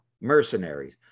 mercenaries